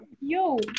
Yo